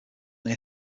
near